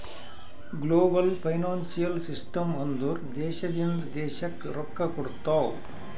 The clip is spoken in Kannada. ಗ್ಲೋಬಲ್ ಫೈನಾನ್ಸಿಯಲ್ ಸಿಸ್ಟಮ್ ಅಂದುರ್ ದೇಶದಿಂದ್ ದೇಶಕ್ಕ್ ರೊಕ್ಕಾ ಕೊಡ್ತಾವ್